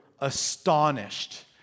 astonished